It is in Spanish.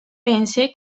pensé